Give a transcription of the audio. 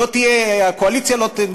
זה לא שהקואליציה לא מסכימה,